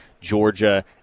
Georgia